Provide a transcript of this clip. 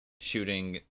shooting